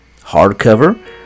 hardcover